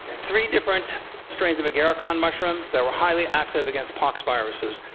three different strains of agarikon mushrooms that were highly active against poxviruses.